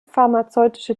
pharmazeutische